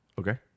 Okay